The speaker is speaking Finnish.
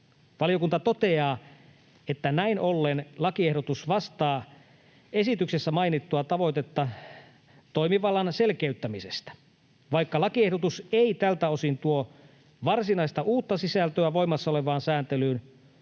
Valiokunta toteaa, että näin ollen lakiehdotus vastaa esityksessä mainittua tavoitetta toimivallan selkeyttämisestä. Vaikka lakiehdotus ei tältä osin tuo varsinaista uutta sisältöä voimassa olevaan sääntelyyn,